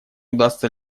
удастся